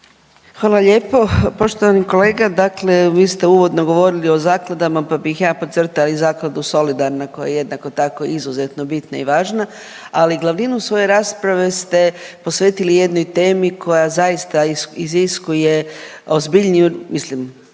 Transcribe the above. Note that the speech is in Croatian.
Hvala lijepo. Poštovani kolega, dakle vi ste uvodno govorili o zakladama pa bih ja podcrtala i zakladu Solidarna koja je jednako tako izuzetno bitna i važna, ali glavninu svoje rasprave ste posvetili jednoj temi koja zaista iziskuje ozbiljniju, mislim,